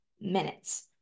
minutes